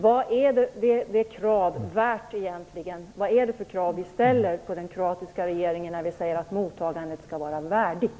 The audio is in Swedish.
Vad är det för krav vi ställer på den kroatiska regeringen när vi säger att mottagandet skall vara värdigt?